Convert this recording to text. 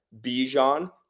Bijan